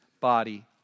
body